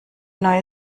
neue